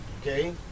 okay